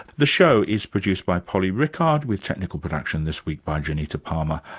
the show is produced by polly rickard, with technical production this week by janita palmer.